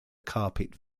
carpet